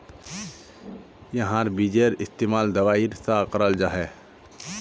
याहार बिजेर इस्तेमाल दवाईर सा कराल जाहा